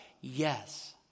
Yes